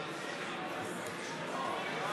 נא לשבת.